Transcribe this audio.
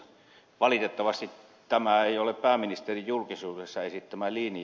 valitettavasti tämä ei ole pääministerin julkisuudessa esittämä linja